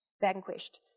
vanquished